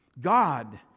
God